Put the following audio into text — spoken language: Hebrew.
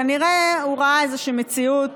כנראה הוא ראה איזושהי מציאות